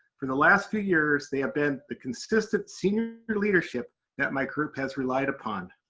for the last few years, they have been the consistent senior leadership that my group has relied upon.